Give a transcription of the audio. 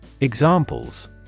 Examples